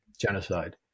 genocide